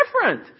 different